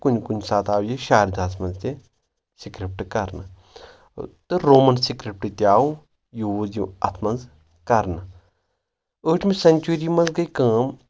کُنہِ کُنہِ ساتہٕ آو یہِ شارداہس منٛز تہِ سِکرِپٹ کرنہٕ تہٕ رومن سکرِپٹ تہِ آو یوٗز یہِ اتھ منٛز کرنہٕ ٲٹھمہِ سؠنچری منٛز گٔے کٲم